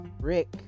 Rick